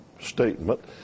statement